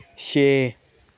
छे